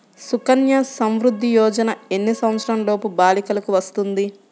సుకన్య సంవృధ్ది యోజన ఎన్ని సంవత్సరంలోపు బాలికలకు వస్తుంది?